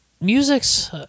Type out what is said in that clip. musics